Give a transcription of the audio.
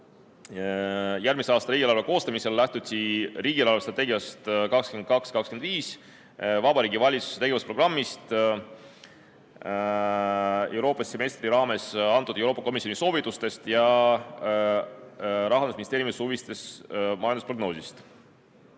Järgmise aasta riigieelarve koostamisel lähtuti riigi eelarvestrateegiast 2022–2025, Vabariigi Valitsuse tegevusprogrammist, Euroopa semestri raames antud Euroopa Komisjoni soovitustest ja Rahandusministeeriumi suvisest majandusprognoosist.